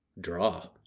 draw